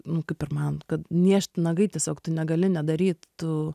nu kaip ir man kad niežt nagai tiesiog tu negali nedaryt tu